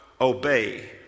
Obey